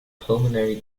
pulmonary